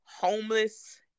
homeless